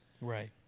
Right